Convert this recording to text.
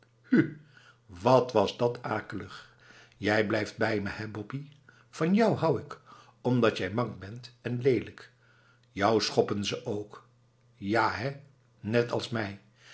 hu wat was dat akelig jij blijft bij me hé boppie van jou hou ik omdat jij mank bent en leelijk jou schoppen ze ook ja hé net als mij